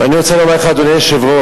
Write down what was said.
ואני רוצה לומר לך, אדוני היושב-ראש,